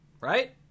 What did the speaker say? Right